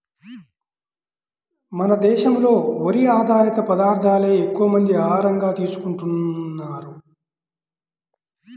మన దేశంలో వరి ఆధారిత పదార్దాలే ఎక్కువమంది ఆహారంగా తీసుకుంటన్నారు